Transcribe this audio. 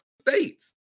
States